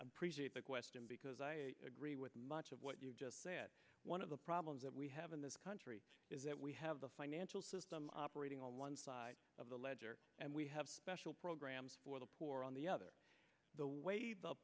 appreciate the question because i agree with much of what you just said one of the problems that we have in this country is that we have the financial system operating on one side of the ledger and we have special programs for the poor on the other the wa